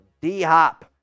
D-Hop